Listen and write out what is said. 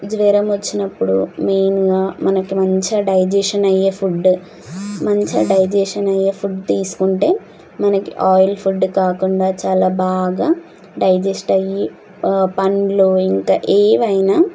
జ్వరం వచ్చినప్పుడు మెయిన్గా మనకి మంచిగా డైజేషన్ అయ్యే ఫుడ్డు మంచిగా డైజేషన్ అయ్యే ఫుడ్డు తీసుకుంటే మనకి ఆయిల్ ఫుడ్ కాకుండా చాలా బాగా డైజెస్ట్ అయి పండ్లు ఇంకా ఏవైనా